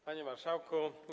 Panie Marszałku!